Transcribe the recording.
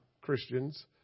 Christians